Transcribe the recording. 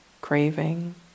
craving